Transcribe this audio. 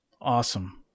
Awesome